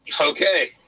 Okay